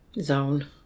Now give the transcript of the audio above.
zone